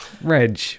reg